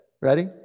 ready